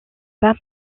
pas